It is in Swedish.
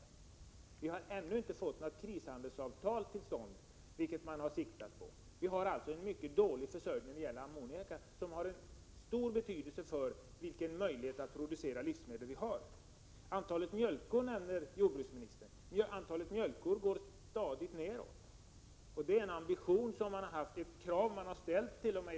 Vi har ännu inte fått något krishandelsavtal till stånd, vilket annars har varit avsikten. Vi har alltså en mycket dålig försörjning av ammoniak, ett ämne som har stor betydelse när det gäller våra möjligheter att producera livsmedel. Antalet mjölkkor, som jordbruksministern berörde, går stadigt ner. Att minska antalet mjölkkor är en ambition, ellert.o.m.